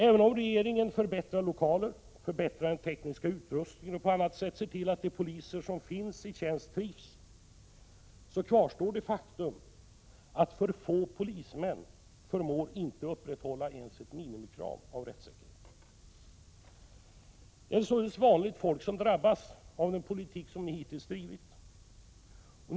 Även om regeringen förbättrar lokaler, förbättrar den tekniska utrustningen och på annat sätt ser till att poliser som finns i tjänst trivs, kvarstår det faktum att polismännen, om de är för få, inte förmår tillgodose ens ett minimikrav på rättssäkerhet. Det är således vanligt folk som drabbas av den politik som ni hittills har drivit.